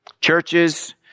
Churches